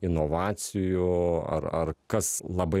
inovacijų ar ar kas labai